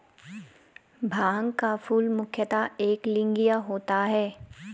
भांग का फूल मुख्यतः एकलिंगीय होता है